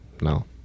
No